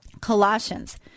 Colossians